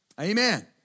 Amen